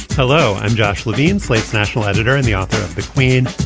hello i'm josh levine slate's national editor and the author of the queen.